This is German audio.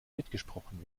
mitgesprochen